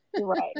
Right